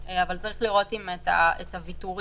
במובן הזה של לקחת נכס משועבד ולעשות איתו משהו,